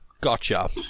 Gotcha